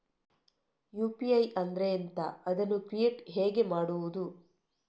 UPI ಅಂದ್ರೆ ಎಂಥ? ಅದನ್ನು ಕ್ರಿಯೇಟ್ ಹೇಗೆ ಮಾಡುವುದು?